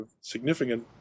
significant